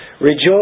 Rejoice